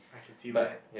I can feel that